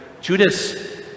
Judas